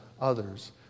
others